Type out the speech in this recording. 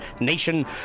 nation